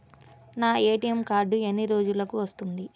నా ATM card ఎన్ని రోజులకు వస్తుంది?